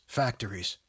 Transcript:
factories